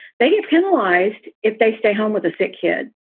they get penalized if they stay home with a sick kid.